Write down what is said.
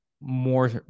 more